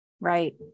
Right